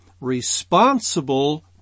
responsible